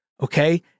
okay